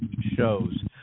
shows